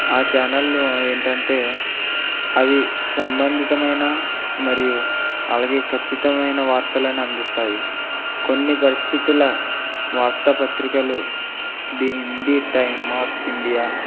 ఆ ఛానల్ ల్లో ఏంటంటే అవి సంబంధితమైనా మరియు అలాగే కచ్చితమైన వార్తలను అందిస్తాయి కొన్ని పరిస్థితుల వార్త పత్రికలు the Hindi time of India